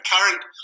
current